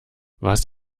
was